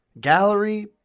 gallery